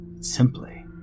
simply